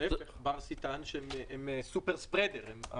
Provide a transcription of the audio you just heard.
להיפך, ברסי טען שהם supper spreader.